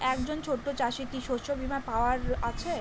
একজন ছোট চাষি কি শস্যবিমার পাওয়ার আছে?